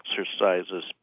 exercises